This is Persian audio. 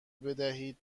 بدهید